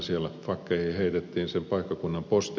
siellä fakkeihin heitettiin sen paikkakunnan posti